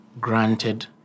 granted